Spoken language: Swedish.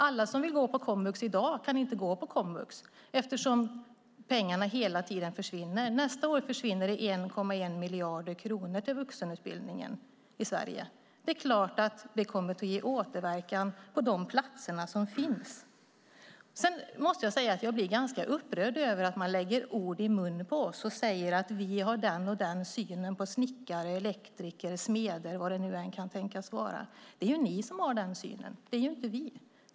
Alla som vill gå på komvux i dag kan inte gå på komvux, eftersom pengarna hela tiden försvinner. Nästa år försvinner 1,1 miljarder kronor från vuxenutbildningen i Sverige. Det är klart att det kommer att ge återverkan på antalet platser. Sedan måste jag säga att jag blir ganska upprörd över att ni lägger ord i munnen på oss och säger att vi har den ena och den andra synen på snickare, elektriker, smeder och vad det än kan tänkas vara. Det är ju ni som har den synen, inte vi.